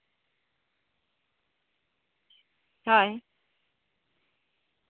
ᱦᱳᱭ